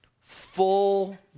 full